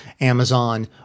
Amazon